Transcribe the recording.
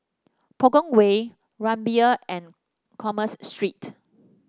Punggol Way Rumbia and Commerce Street